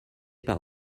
par